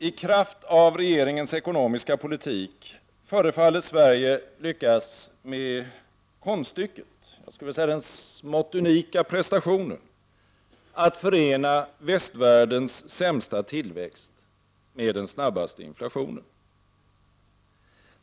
I kraft av regeringens ekonomiska politik förefaller Sverige lyckas med konststycket — jag skulle vilja säga den smått unika prestationen — att förena västvärldens sämsta tillväxt med den snabbaste inflationen.